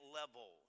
level